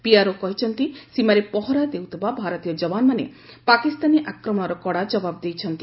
PRO କହିଛନ୍ତି ସୀମାରେ ପହରା ଦେଉଥିବା ଭାରତୀୟ ଯବାନମାନେ ପାକିସ୍ତାନୀ ଆକ୍ରମଣର କଡ଼ା ଜବାବ ଦେଇଛନ୍ତି